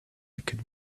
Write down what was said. could